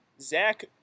Zach